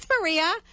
Maria